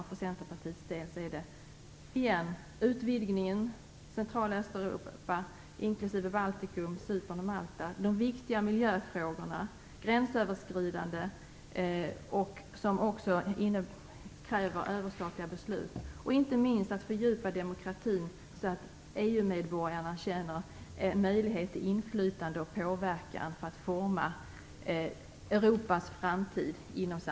För Centerpartiets del är det utvidgningen till Central och Östeuropa inklusive Baltikum, Cypern och Malta, de viktiga gränsöverskridande miljöfrågorna, som kräver överstatliga beslut, och inte minst en fördjupning av demokratin så att EU-medborgarna känner att de har möjlighet till inflytande och påverkan för att forma